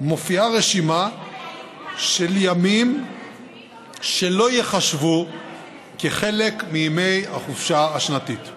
מופיעה רשימה של ימים שלא ייחשבו כחלק מימי החופשה השנתית :